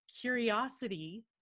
curiosity